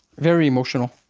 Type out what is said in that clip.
very emotional.